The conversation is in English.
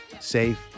safe